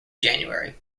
january